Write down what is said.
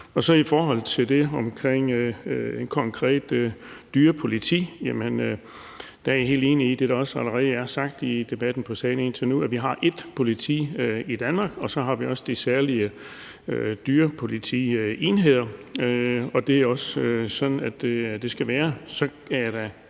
i forhold til det om et konkret dyrepoliti er jeg helt enig i det, der allerede er sagt i debatten om sagen indtil nu, nemlig at vi har ét politi i Danmark, og så har de også særlige dyrepolitienheder; det er også sådan, det skal være.